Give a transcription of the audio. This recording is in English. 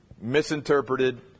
misinterpreted